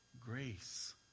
grace